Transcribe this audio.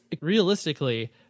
realistically